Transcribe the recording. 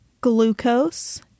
glucose